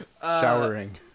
Showering